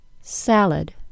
salad